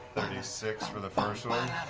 thirty six for the first one.